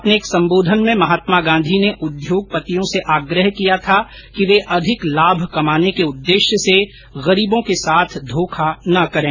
अपने एक संबोधन में महात्मा गांधी ने उद्योगपतियों से आग्रह किया था कि वे अधिक लाभ कमाने के उद्देश्य से गरीबों के साथ धोखा न करें